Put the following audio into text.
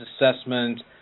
assessment